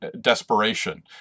desperation